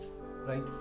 right